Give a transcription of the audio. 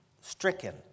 stricken